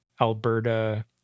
alberta